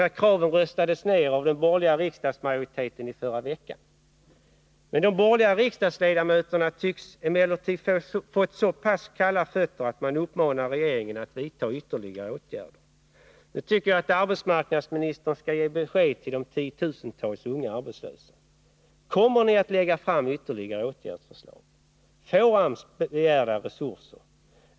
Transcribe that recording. Dessa krav röstades i förra veckan ned av den borgerliga riksdagsmajoriteten. De borgerliga riksdagsledamöterna tycks emellertid ha fått så pass kalla fötter att de uppmanar regeringen att vidta ytterligare åtgärder. Nu tycker jag att arbetsmarknadsministern skall ge besked till de tiotusentals unga arbetslösa. Kommer ni att lägga fram ytterligare åtgärds förslag? Får AMS begärda resurser?